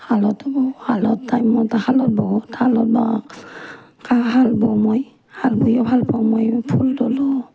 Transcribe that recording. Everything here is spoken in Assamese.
শালতো বহোঁ শালত টাইম মতে শালত বহোঁ শালো শাল বওঁ মই শাল বয়ো ভাল পাওঁ মই ফুল তোলো